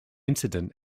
incident